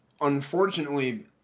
unfortunately